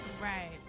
Right